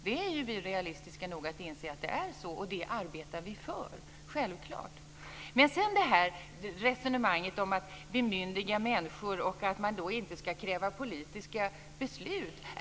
Vi är realistiska nog att inse att det är så, och det arbetar vi för - självklart. Sedan för Lennart Daléus ett resonemang om att bemyndiga människor och att man då inte ska kräva politiska beslut.